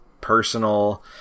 personal